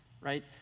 right